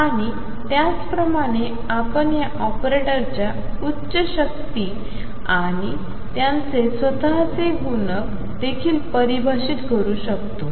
आणि त्याचप्रमाणे आपण या ऑपरेटरच्या उच्च शक्ती आणि त्यांचे स्वतःचे गुणन देखील परिभाषित करू शकतो